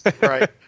Right